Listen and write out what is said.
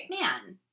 man